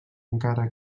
encara